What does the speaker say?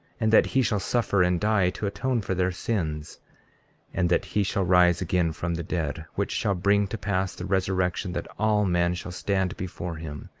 and that he shall suffer and die to atone for their sins and that he shall rise again from the dead, which shall bring to pass the resurrection, that all men shall stand before him,